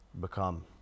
become